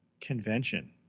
convention